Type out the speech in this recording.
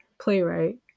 playwright